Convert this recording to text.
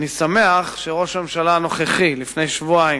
אני שמח שראש הממשלה הנוכחי, לפני שבועיים,